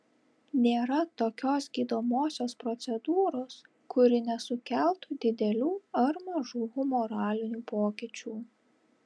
nėra tokios gydomosios procedūros kuri nesukeltų didelių ar mažų humoralinių pokyčių